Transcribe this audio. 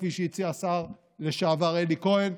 כפי שהציע השר לשעבר אלי כהן,